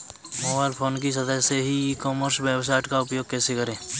Mobile phone की सहायता से ई कॉमर्स वेबसाइट का उपयोग कैसे करें?